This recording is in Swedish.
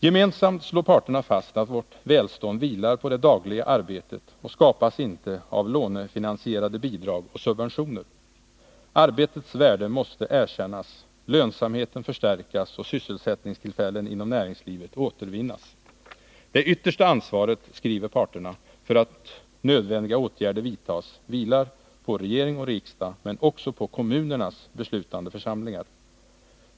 Gemensamt slår parterna fast att vårt välstånd vilar på det dagliga arbetet och inte skapas av lånefinansierade bidrag och subventioner. Arbetets värde måste erkännas, lönsamheten förstärkas och sysselsättningstillfällen inom näringslivet återvinnas. Det yttersta ansvaret, skriver parterna, för att nödvändiga åtgärder vidtas vilar på regering och riksdag men också på kommunernas beslutande församlingar.